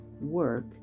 work